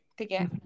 Okay